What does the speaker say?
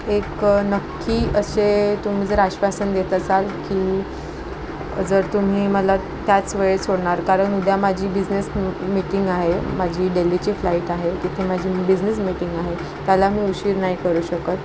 एक नक्की असे तुम्ही जर आश्वासन देत असाल की जर तुम्ही मला त्याच वेळेस सोडणार कारण उद्या माझी बिजनेस मी मीटिंग आहे माझी देल्लीची फ्लाईट आहे तिथे माझी बिजनेस मीटिंग आहे त्याला मी उशीर नाही करू शकत